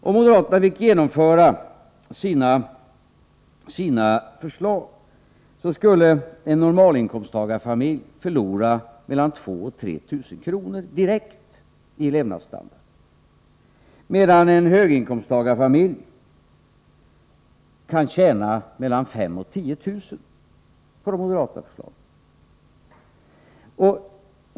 Om moderaterna fick genomföra sina förslag, skulle en normalinkomsttagarfamilj förlora mellan 2 000 och 3 000 kr. direkt i levnadsstandard, medan en höginkomsttagarfamilj skulle kunna tjäna mellan 5 000 och 10 000 kr.